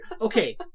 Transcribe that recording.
Okay